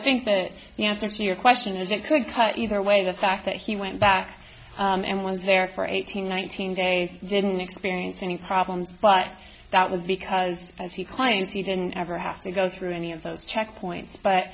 think that the answer to your question is it could cut either way the fact that he went back and was there for eighteen nineteen days didn't experience any problems but that was because as he claims he didn't ever have to go through any of those checkpoints but